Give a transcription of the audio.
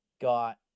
got